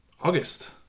August